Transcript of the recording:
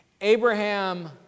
Abraham